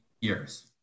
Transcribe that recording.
years